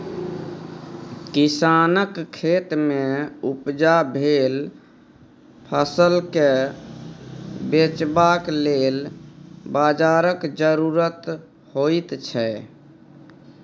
किसानक खेतमे उपजा भेल फसलकेँ बेचबाक लेल बाजारक जरुरत होइत छै